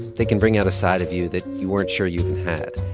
they can bring out a side of you that you weren't sure you even had.